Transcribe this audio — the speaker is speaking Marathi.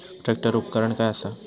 ट्रॅक्टर उपकरण काय असा?